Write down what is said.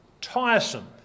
tiresome